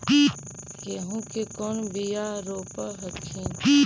गेहूं के कौन बियाह रोप हखिन?